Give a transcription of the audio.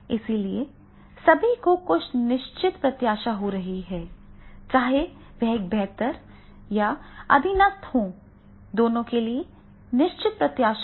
इसलिए सभी को कुछ निश्चित प्रत्याशा हो रही है चाहे वह एक बेहतर या अधीनस्थ हो दोनों के लिए निश्चित प्रत्याशा हो